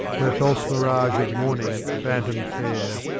no false mirage of morning, phantom-fair.